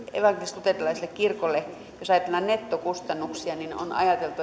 evankelis luterilaiselle kirkolle jos ajatellaan nettokustannuksia